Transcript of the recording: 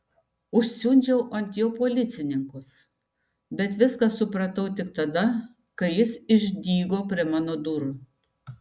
užsiundžiau ant jo policininkus bet viską supratau tik tada kai jis išdygo prie mano durų